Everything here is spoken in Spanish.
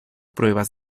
pruebas